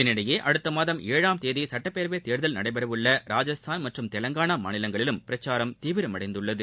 இதனிடையே அடுத்த மாதம் ஏழாம் தேதி சுட்டப்பேரவைத் தேர்தல் நடைபெறவுள்ள ராஜஸ்தான் மற்றும் தெலங்கானா மாநிலங்களிலும் பிரச்சாரம் தீவிரமடைந்துள்ளது